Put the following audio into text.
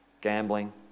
gambling